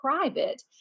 private